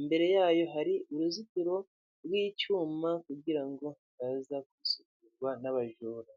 imbere yayo hari uruzitiro rw'icyuma kugira ngo hatataza gseserwa n'abajura